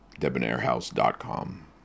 debonairhouse.com